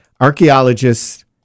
Archaeologists